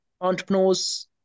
entrepreneurs